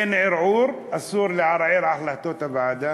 אין ערעור, אסור לערער על החלטות הוועדה.